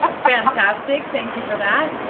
ah fantastic. thank you for that.